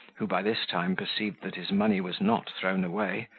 who by this time perceived that his money was not thrown away,